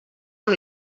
amb